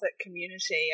community